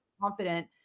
confident